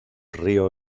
río